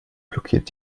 blockiert